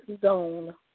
zone